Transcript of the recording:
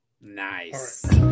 nice